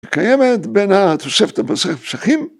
‫היא קיימת בין התוספתא במסכת פסחים...